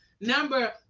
number